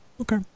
Okay